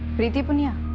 preeti punia?